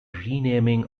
renaming